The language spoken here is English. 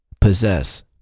possess